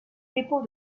dépôt